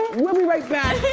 we'll be right back.